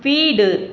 வீடு